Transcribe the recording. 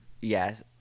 yes